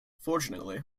fortunately